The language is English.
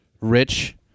rich